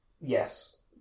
Yes